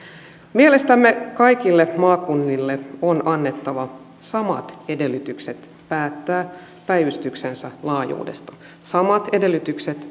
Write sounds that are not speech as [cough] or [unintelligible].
mielestämme kaikille maakunnille on annettava samat edellytykset päättää päivystyksensä laajuudesta samat edellytykset [unintelligible]